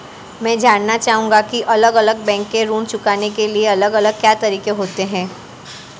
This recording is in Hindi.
मैं जानना चाहूंगा की अलग अलग बैंक के ऋण चुकाने के अलग अलग क्या तरीके होते हैं?